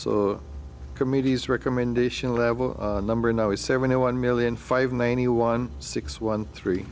so committees recommendation level number now is seventy one million five ninety one six one three